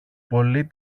πολύ